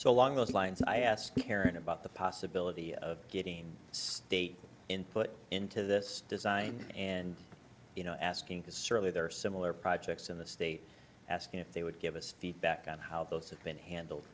so along those lines i ask karen about the possibility of getting state input into this design and you know asking because certainly there are similar projects in the state asking if they would give us feedback on how those have been handled